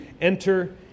enter